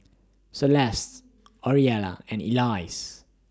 Celeste Orelia and Elyse